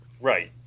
right